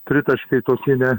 tritaškiai tokie ne